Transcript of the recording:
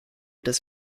des